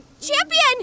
Champion